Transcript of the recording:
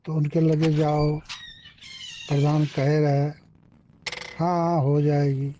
तो उनके लगे जाओ प्रधान कहे गए हाँ हाँ हो जाएगी